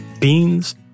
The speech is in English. beans